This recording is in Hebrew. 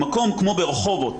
במקום כמו ברחובות,